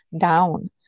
down